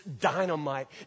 dynamite